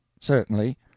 Certainly